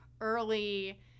early